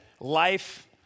life